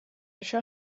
això